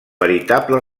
veritable